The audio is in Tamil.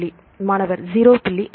புள்ளி மாணவர் 0